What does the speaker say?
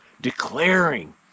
declaring